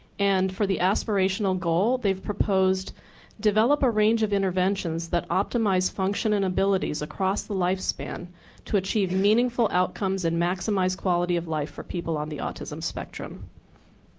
and for the aspirational goal they proposed develop a range of interventions that optimize function and abilities across the lifespan to achieve meaningful outcomes and maximize quality of life for people on the autism spectrum.